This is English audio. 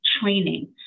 training